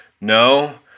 no